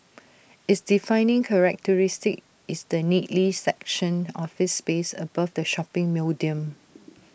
its defining characteristic is the neatly sectioned office space above the shopping podium